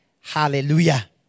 Hallelujah